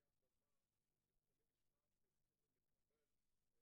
הייתה בעיה דומה עם ניצולי שואה שהתחילו לקבל כספים או